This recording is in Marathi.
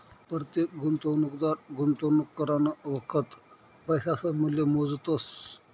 परतेक गुंतवणूकदार गुंतवणूक करानं वखत पैसासनं मूल्य मोजतस